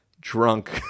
drunk